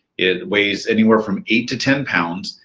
it weighs anywhere from eight to ten pounds,